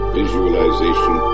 visualization